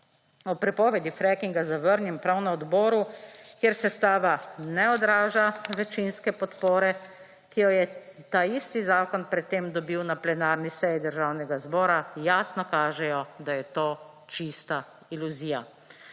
o prepovedi freakinga zavrnjen in prav na odboru, kjer sestava ne odraža večinske podpore, ki jo je ta isti zakon pred tem dobil na plenarni seji Državnega zbora jasno kažejo, da je to čista iluzija.